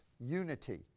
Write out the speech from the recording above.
unity